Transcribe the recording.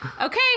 okay